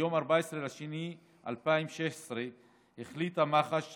ביום 14 בפברואר 2016 החליטה מח"ש,